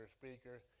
speaker